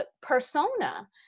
persona